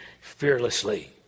fearlessly